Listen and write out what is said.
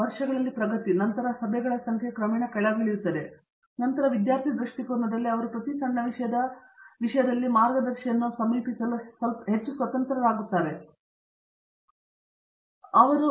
ವರ್ಷಗಳ ಪ್ರಗತಿ ಮತ್ತು ನಂತರ ಸಭೆಗಳ ಸಂಖ್ಯೆಯು ಕ್ರಮೇಣ ಕೆಳಗಿಳಿಯುತ್ತದೆ ಮತ್ತು ನಂತರ ವಿದ್ಯಾರ್ಥಿ ದೃಷ್ಟಿಕೋನದಲ್ಲಿ ಅವರು ಪ್ರತಿ ಸಣ್ಣ ವಿಷಯದ ಮಾರ್ಗದರ್ಶಿ ಸಮೀಪಿಸಲು ಅಲ್ಲ ಹೆಚ್ಚು ಸ್ವತಂತ್ರ ಆಗುತ್ತದೆ ಅವರು ಅಡ್ಡಲಾಗಿ ಬರುವ ಮತ್ತು ಒಂದು ಹೆಚ್ಚು ಪಾಯಿಂಟ್ ಸಭೆ ಅವರು ದೀರ್ಘಕಾಲದವರೆಗೆ ಪರಿಣಾಮ ಬೀರದಿದ್ದಲ್ಲಿ ತನ್ನ ಮಾರ್ಗದರ್ಶಿಗೆ ಭೇಟಿ ನೀಡಬೇಕು ಎಂದು ನಾನು ಹೇಳುತ್ತೇನೆ